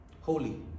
holy